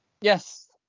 yes